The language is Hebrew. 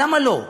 למה לא?